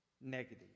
negative